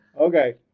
Okay